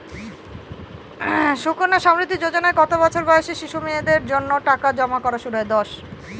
সুকন্যা সমৃদ্ধি যোজনায় কত বছর বয়সী শিশু মেয়েদের জন্য টাকা জমা করা শুরু হয়?